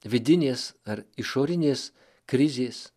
vidinės ar išorinės krizės